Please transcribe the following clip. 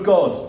God